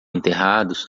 enterrados